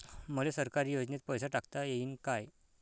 मले सरकारी योजतेन पैसा टाकता येईन काय?